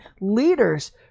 leaders